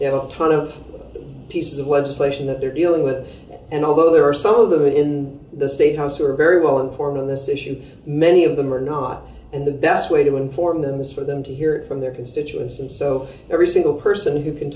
there are ton of pieces of legislation that they're dealing with and although there are some of the in the statehouse who are very well informed on this issue many of them are not and the best way to inform them is for them to hear from their constituents and so every single person who can